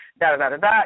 da-da-da-da-da